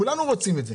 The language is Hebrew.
כולנו רוצים את זה.